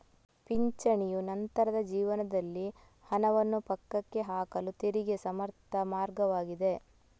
ಪಿಂಚಣಿಯು ನಂತರದ ಜೀವನದಲ್ಲಿ ಹಣವನ್ನು ಪಕ್ಕಕ್ಕೆ ಹಾಕಲು ತೆರಿಗೆ ಸಮರ್ಥ ಮಾರ್ಗವಾಗಿದೆ